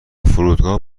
فرودگاه